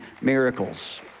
miracles